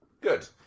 Good